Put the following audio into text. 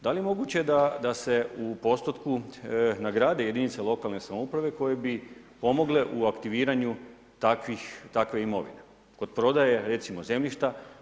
Da li je moguće da se u postotku nagrade jedinice lokalne samouprave koje bi pomogle u aktiviranju takve imovine kod prodaje, recimo zemljišta?